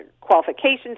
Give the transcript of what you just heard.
qualifications